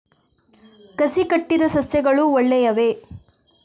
ಕಸಿ ಕಟ್ಟಿದ ಸಸ್ಯಗಳು ಒಳ್ಳೆಯವೇ?